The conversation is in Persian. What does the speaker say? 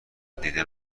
دیده